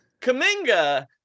Kaminga